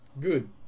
good